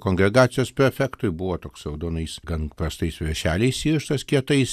kongregacijos prefektui buvo toks raudonais gan prastais viršeliais įrištas kietais